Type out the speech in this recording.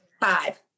five